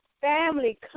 family